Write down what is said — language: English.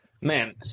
Man